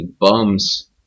bums